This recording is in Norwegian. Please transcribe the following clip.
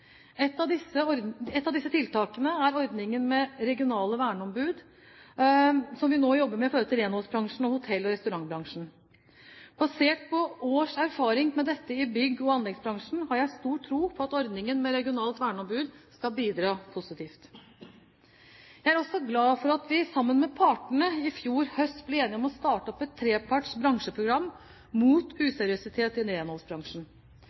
Et av disse tiltakene er ordningen med regionale verneombud som vi nå jobber med i forhold til renholdsbransjen og hotell- og restaurantbransjen. Basert på års erfaring med dette i bygg- og anleggsbransjen har jeg stor tro på at ordningen med regionalt verneombud skal bidra positivt. Jeg er også glad for at vi sammen med partene i fjor høst ble enige om å starte opp et treparts bransjeprogram mot useriøsitet i